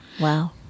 Wow